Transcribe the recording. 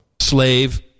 Slave